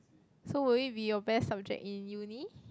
so will it be your best subject in uni